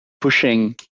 pushing